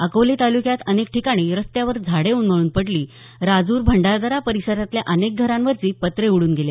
अकोले तालुक्यात अनेक ठिकाणी रस्त्यावर झाडे उन्मळून पडली राजूर रा परिसराभंडारदतल्या अनेक घरांवरची पत्रे उडून गेले